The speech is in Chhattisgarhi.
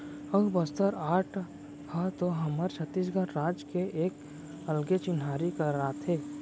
अऊ बस्तर आर्ट ह तो हमर छत्तीसगढ़ राज के एक अलगे चिन्हारी कराथे